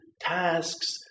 tasks